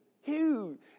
huge